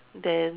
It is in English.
then